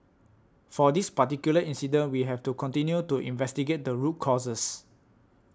for this particular incident we have to continue to investigate the root causes